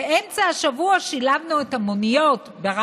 באמצע השבוע שילבנו את מוניות השירות